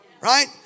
Right